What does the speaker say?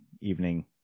evening